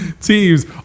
teams